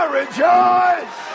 rejoice